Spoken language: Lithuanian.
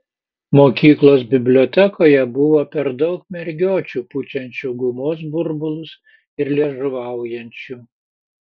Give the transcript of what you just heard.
mokyklos bibliotekoje buvo per daug mergiočių pučiančių gumos burbulus ir liežuvaujančių